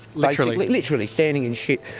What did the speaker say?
literally? literally standing in shit.